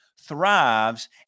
thrives